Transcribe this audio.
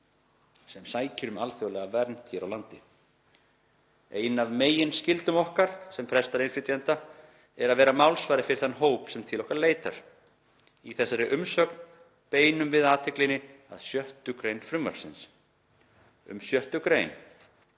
sem sækir um alþjóðlega vernd hér á landi. Ein af meginskyldum okkar sem prestar innflytjenda er að vera málsvari fyrir þann hóp sem til okkar leitar. Í þessari umsögn beinum við athyglinni að 6. grein frumvarpsins. Um 6. gr.